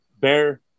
Bear